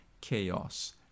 chaos